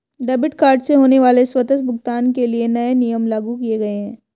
debit card से होने वाले स्वतः भुगतान के लिए नए नियम लागू किये गए है